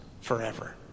forever